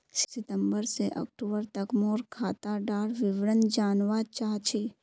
सितंबर से अक्टूबर तक मोर खाता डार विवरण जानवा चाहची?